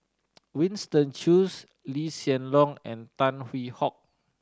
Winston Choos Lee Hsien Loong and Tan Hwee Hock